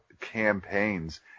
campaigns